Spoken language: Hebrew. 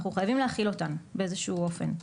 אנחנו חייבים להחיל אותן באיזה שהוא אופן.